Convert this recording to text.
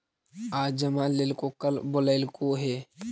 आज जमा लेलको कल बोलैलको हे?